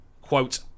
Quote